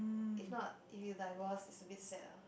if not if you divorce it's a bit sad ah